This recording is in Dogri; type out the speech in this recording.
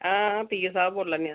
आं पीए साहब बोल्ला नै आं